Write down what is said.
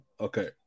Okay